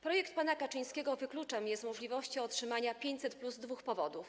Projekt pana Kaczyńskiego wyklucza mnie z możliwości otrzymania 500+ z dwóch powodów.